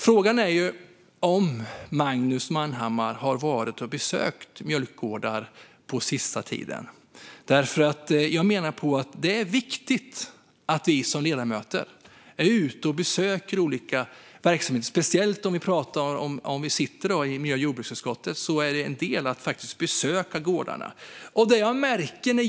Frågan är om Magnus Manhammar har besökt mjölkgårdar på sista tiden. Det är viktigt att vi ledamöter är ute och besöker olika verksamheter. För oss som sitter i miljö och jordbruksutskottet är en viktig del att besöka gårdarna.